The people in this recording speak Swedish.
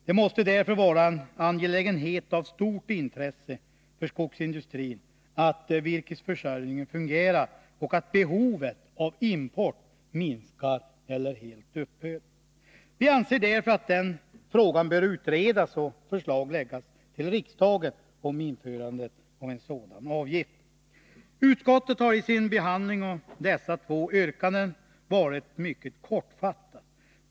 Det måste därför vara en angelägenhet av stort intresse för skogsindustrin att virkesförsörjningen fungerar och att behovet av import minskar eller helt upphör. Vi anser att denna fråga bör utredas och att förslag om införande av produktionsavgift bör föreläggas riksdagen. Utskottet har i sin behandling av dessa två yrkanden varit mycket kortfattat.